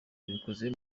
abikoze